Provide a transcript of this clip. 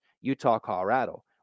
Utah-Colorado